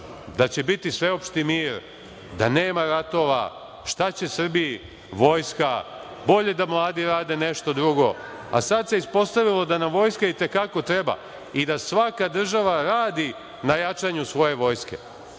da će biti sveopšti mir, da nema ratova, šta će Srbiji vojska, bolje da mladi rade nešto drugo, a sad se ispostavilo da nam vojska i te kako treba i da svaka država radi na jačanju svoje vojske. Dakle,